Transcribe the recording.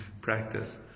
practice